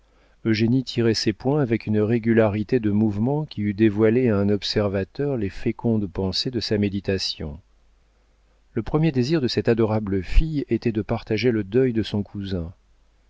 silencieuses eugénie tirait ses points avec une régularité de mouvement qui eût dévoilé à un observateur les fécondes pensées de sa méditation le premier désir de cette adorable fille était de partager le deuil de son cousin